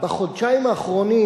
בחודשיים האחרונים